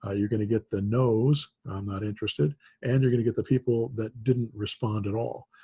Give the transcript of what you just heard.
ah you're going to get the no's, i'm not interested and you're going to get the people that didn't respond at all.